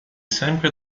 sempre